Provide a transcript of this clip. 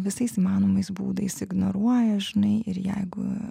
visais įmanomais būdais ignoruoja žinai ir jeigu